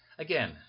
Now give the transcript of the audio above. again